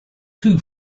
two